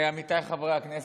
עמיתיי חברי הכנסת,